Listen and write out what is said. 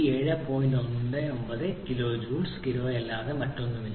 19 kJ കിലോയല്ലാതെ മറ്റൊന്നുമല്ല